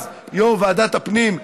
אז יו"ר ועדת הפנים,